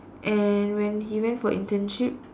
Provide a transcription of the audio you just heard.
and when he went for internship